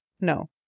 No